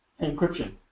encryption